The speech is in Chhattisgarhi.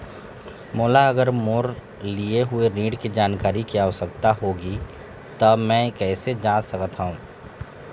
मोला अगर मोर लिए हुए ऋण के जानकारी के आवश्यकता होगी त मैं कैसे जांच सकत हव?